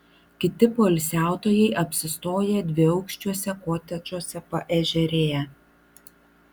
kiti poilsiautojai apsistoję dviaukščiuose kotedžuose paežerėje